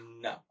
No